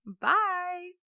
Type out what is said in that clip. Bye